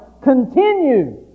continue